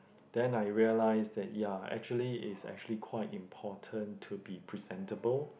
then I realise that ya actually is actually quite important to be presentable